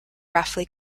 roughly